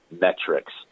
metrics